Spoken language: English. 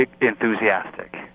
enthusiastic